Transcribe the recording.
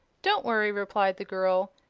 don't worry, replied the girl.